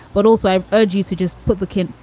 but also, i urge you to just put the kid,